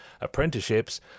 apprenticeships